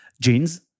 jeans